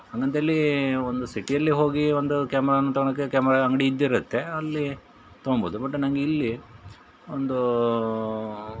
ಹಂಗಂತ ಹೇಳಿ ಒಂದು ಸಿಟಿಯಲ್ಲಿ ಹೋಗಿ ಒಂದು ಕ್ಯಾಮೆರನ್ನ ತಗೊಳೋಕೆ ಕ್ಯಾಮೆರಾ ಅಂಗಡಿ ಇದ್ದಿರುತ್ತೆ ಅಲ್ಲಿ ತೊಗೊಳ್ಬೋದು ಬಟ್ ನಂಗೆ ಇಲ್ಲಿ ಒಂದು